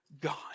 God